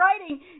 writing